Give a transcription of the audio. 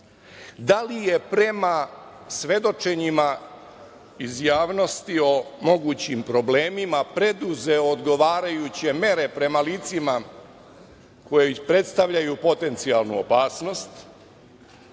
da li je prema svedočenjima iz javnosti o mogućim problemima preduzeo odgovarajuće mere prema licima kojih predstavljaju potencijalnu opasnost?